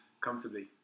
comfortably